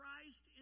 Christ